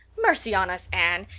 mercy on us, anne,